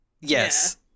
Yes